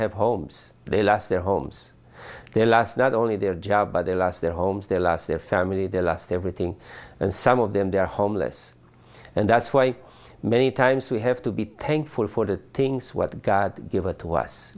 have homes they lost their homes their last not only their job but they lost their homes their last their family they lost everything and some of them they're homeless and that's why many times we have to be tankful for the things what god given to us